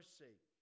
sake